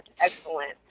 excellent